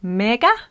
mega